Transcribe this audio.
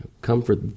Comfort